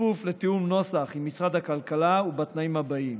בכפוף לתיאום הנוסח עם משרד הכלכלה ובתנאים הבאים: